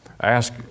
Ask